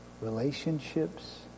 relationships